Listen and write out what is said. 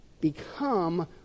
become